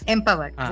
Empowered